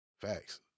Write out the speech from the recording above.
Facts